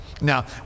Now